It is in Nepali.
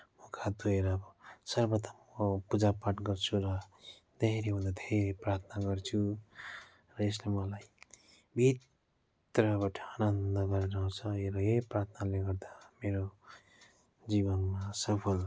मुख हात धुएर सर्बप्रथम म पूजा पाठ गर्छु र धेरैभन्दा धेरै प्रार्थना गर्छु र यसले मलाई भित्रबाट आनन्द गरेर आउँछ मेरो यै प्रार्थनाले गर्दा मेरो जीवनमा सफल